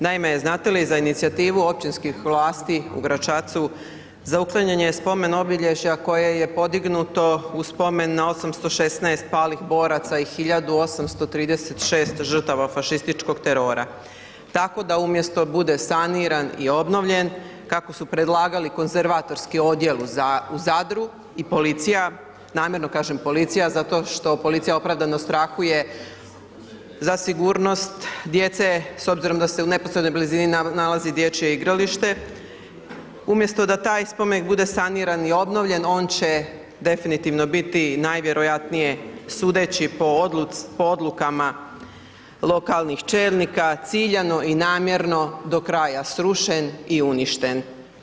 Naime, znate li za inicijativu općinskih vlasti u Gračacu za uklanjanje spomen obilježja koje je podignuto u spomen na 816 palih boraca i 1836 žrtava fašističkog terora, tako da umjesto bude saniran i obnovljen, kako su predlagali konzervatorski odjel u Zadru i policija, namjerno kažem policija zato što policija opravdano strahuje za sigurnost djece s obzirom da se u neposrednom blizini nalazi dječje igralište, umjesto da taj spomenik bude saniran i obnovljen, on će definitivno biti najvjerojatnije, sudeći po odluci, po odlukama lokalnih čelnika, ciljano i namjerno do kraja srušen i uništen.